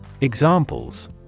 Examples